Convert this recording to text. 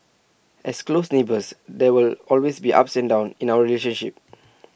as close neighbours there will always be ups and downs in our relationship